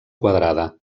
quadrada